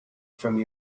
from